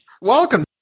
Welcome